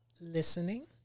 listening